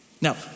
Now